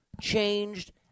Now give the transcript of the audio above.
changed